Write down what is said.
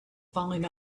falling